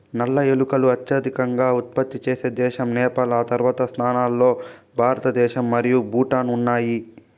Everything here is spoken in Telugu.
నల్ల ఏలకులు అత్యధికంగా ఉత్పత్తి చేసే దేశం నేపాల్, ఆ తర్వాతి స్థానాల్లో భారతదేశం మరియు భూటాన్ ఉన్నాయి